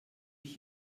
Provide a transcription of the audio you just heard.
ich